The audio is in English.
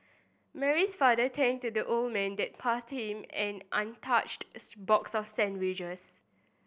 Mary's father thanked the old man and passed him an untouched box of sandwiches